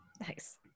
Nice